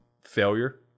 failure